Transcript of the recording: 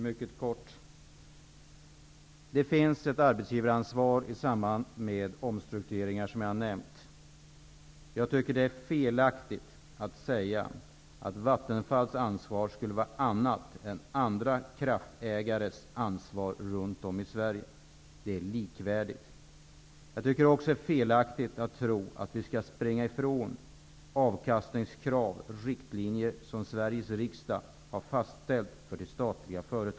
Herr talman! Mycket kort: Det finns ett arbetsgivaransvar i samband med de omstruktureringar som jag har nämnt. Jag tycker att det är felaktigt att säga att Vattenfalls ansvar skulle skilja sig från det som andra kraftägare har runt om i Sverige. Det är likvärdigt. Det är också felaktigt att tro att vi kan springa ifrån avkastningskrav som Sveriges riksdag har fastställt i form av riktlinjer för de statliga företagen.